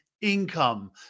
income